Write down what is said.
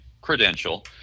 credential